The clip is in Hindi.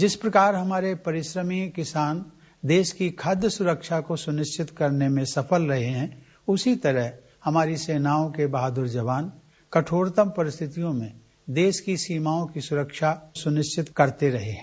जिस प्रकार हमारे परिश्रमी किसान देश की खाद्य सुरक्षा को सुनिश्चित करने में सफल रहे हैं उसी तरह हमारी सेनाओं के बहादुर जवान कठोरतम परिस्थितियों में देश की सीमाओं की सुरक्षा सुनिश्चित करते रहे है